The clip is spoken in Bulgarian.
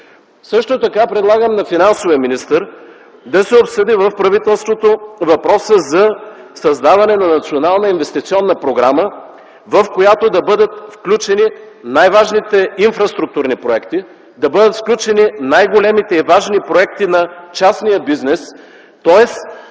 Също така предлагам на финансовия министър да се обсъди в правителството въпроса за създаване на национална инвестиционна програма, в която да бъдат включени най-важните инфраструктурни проекти, да бъдат включени най-големите и важни проекти на частния бизнес, тоест